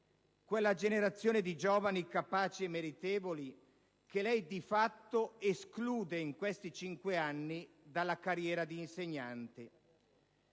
Quella generazione di giovani capaci e meritevoli che lei di fatto esclude in questi cinque anni dalla carriera di insegnante.